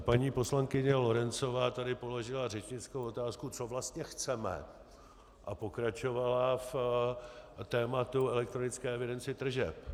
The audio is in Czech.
Paní poslankyně Lorencová tady položila řečnickou otázku, co vlastně chceme, a pokračovala v tématu elektronické evidence tržeb.